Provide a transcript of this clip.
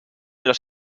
los